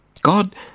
God